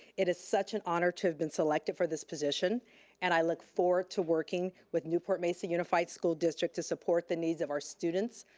it is such an honor to have been selected for this position and i look forward to working with newport-mesa unified school district to support the needs of our students,